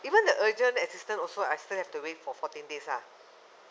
even the urgent assistance also I still have to wait for fourteen days lah